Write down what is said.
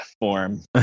form